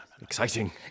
Exciting